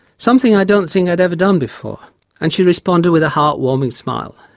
something i don't think i'd ever done before and she responded with a heart-warming smile.